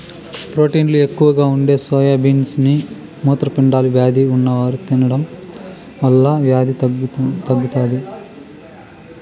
ప్రోటీన్లు ఎక్కువగా ఉండే సోయా బీన్స్ ని మూత్రపిండాల వ్యాధి ఉన్నవారు తినడం వల్ల వ్యాధి తగ్గుతాది